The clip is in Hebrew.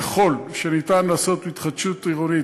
ככל שניתן לעשות התחדשות עירונית,